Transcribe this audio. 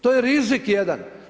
To je rizik jedan.